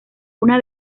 una